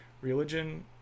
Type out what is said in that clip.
Religion